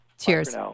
Cheers